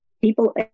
People